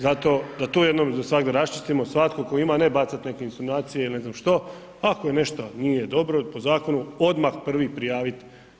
Zato da to jednom za svagda raščistimo svatko tko ima, ne bacat neke insinuacije i ne znam što, ako nešto nije dobro po zakonu odmah prvi prijavit.